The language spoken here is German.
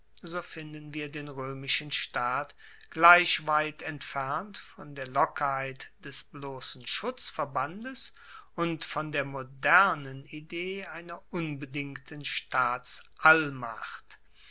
so finden wir den roemischen staat gleich weit entfernt von der lockerheit des blossen schutzverbandes und von der modernen idee einer unbedingten